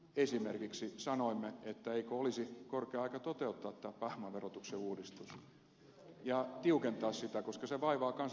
esimerkiksi sanoimme että eikö olisi korkea aika toteuttaa tämä pääomaverotuksen uudistus ja tiukentaa sitä koska se vaivaa kansalaisten oikeudentuntoa